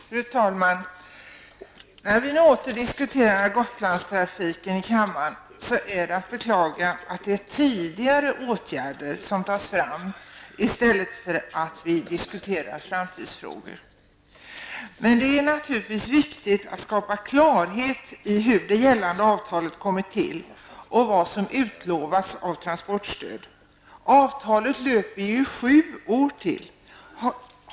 Fru talman! När vi nu åter i kammaren diskuterar Gotlandstrafiken är det att beklaga att det är tidigare åtgärder som lyfts fram i stället för framtidsfrågor. Men det är naturligtvis viktigt att skapa klarhet i hur det gällande avtalet har kommit till och vilket transportstöd som har utlovats. Avtalet löper ju i sju år till.